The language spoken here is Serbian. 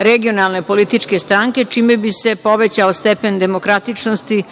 regionalne političke stranke, čime bi se povećao stepen demokratičnosti